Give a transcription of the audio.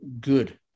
good